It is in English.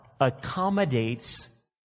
accommodates